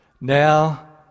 now